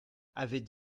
avait